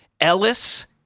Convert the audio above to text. Ellis